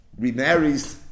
remarries